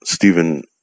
Stephen